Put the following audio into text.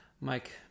Mike